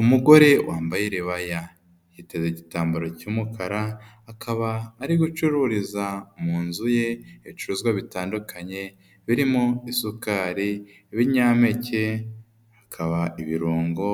Umugore wambaye iribaya. Yiteze igitambaro cy'umukara akaba ari gu acururiza mu nzu ye ibicuruzwa bitandukanye birimo: isukari, ibinyampeke, hakaba ibirungo